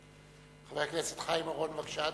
חבר הכנסת חיים אורון, בבקשה,